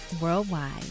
worldwide